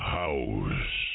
house